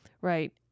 right